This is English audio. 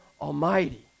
almighty